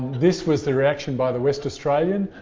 this was the reaction by the west australian.